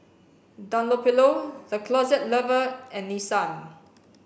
Dunlopillo The Closet Lover and Nissan